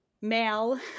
male